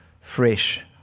fresh